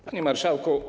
Panie Marszałku!